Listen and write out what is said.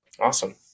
Awesome